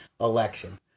election